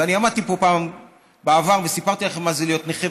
ואני עמדתי פה פעם בעבר וסיפרתי לכם מה זה להיות נכה.